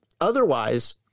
Otherwise